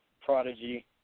prodigy